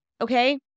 Okay